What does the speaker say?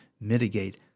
mitigate